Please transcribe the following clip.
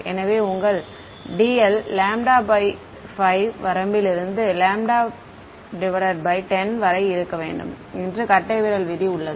எனவே உங்கள் dl 5 வரம்பில் இருந்து 10 வரை இருக்க வேண்டும் என்று கட்டைவிரல் விதி உள்ளது